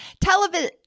Television